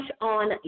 on